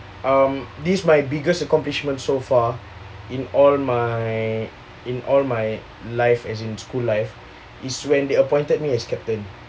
um this my biggest accomplishment so far in all my in all my life as in school life is when they appointed me as captain